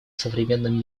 современном